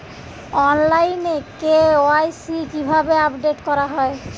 অনলাইনে কে.ওয়াই.সি কিভাবে আপডেট করা হয়?